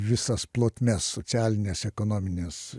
visas plotmes socialines ekonomines